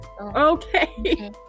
Okay